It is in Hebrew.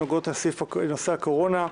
הנוגעות לנושא הקורונה: